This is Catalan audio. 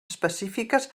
específiques